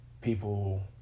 People